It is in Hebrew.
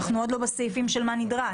אנחנו עוד לא בסעיפים של מה נדרש.